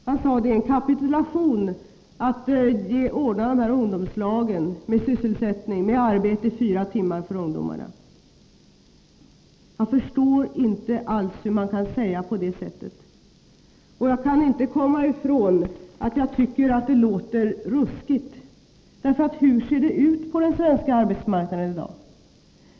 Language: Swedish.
Han sade att det är en kapitulation att ordna dessa ungdomslag och ge arbete i fyra timmar åt ungdomarna. Jag förstår inte alls hur man kan säga på det sättet. Jag kan inte komma ifrån att det låter ruskigt. Hur ser det ut på den svenska arbetsmarknaden i dag?